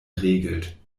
regelt